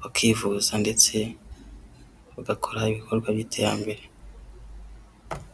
bakivuza ndetse bagakora ibikorwa by'iterambere.